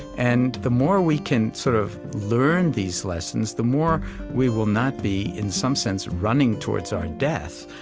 and the more we can sort of learn these lessons the more we will not be in some sense running towards our death,